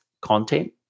content